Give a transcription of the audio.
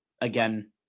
again